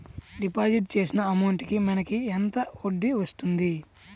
Deposit చేసిన amount కి మనకి ఎంత వడ్డీ వస్తుంది?